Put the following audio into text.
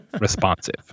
responsive